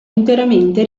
interamente